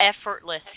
effortless